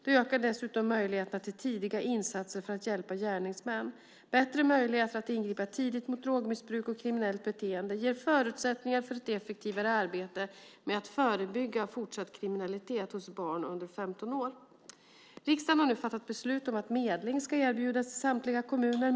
Det ökar dessutom möjligheterna till tidiga insatser för att hjälpa gärningsmännen. Bättre möjligheter att ingripa tidigt mot drogmissbruk och kriminellt beteende ger förutsättningar för ett effektivare arbete med att förebygga fortsatt kriminalitet hos barn under 15 år. Riksdagen har nu fattat beslut om att medling ska erbjudas i samtliga kommuner.